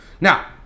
Now